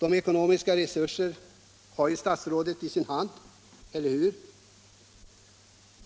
v De ekonomiska resurserna har statsrådet i sin hand, eller hur?